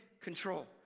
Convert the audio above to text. control